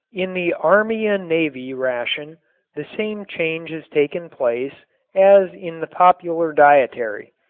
in the army and navy ration the same change has taken place as in the popular dietary.